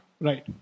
Right